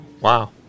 Wow